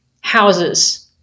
houses